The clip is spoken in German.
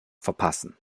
verpassen